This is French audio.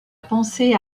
pensée